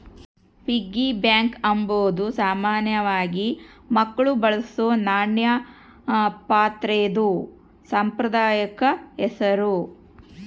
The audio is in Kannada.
ಪಿಗ್ಗಿ ಬ್ಯಾಂಕ್ ಅಂಬಾದು ಸಾಮಾನ್ಯವಾಗಿ ಮಕ್ಳು ಬಳಸೋ ನಾಣ್ಯ ಪಾತ್ರೆದು ಸಾಂಪ್ರದಾಯಿಕ ಹೆಸುರು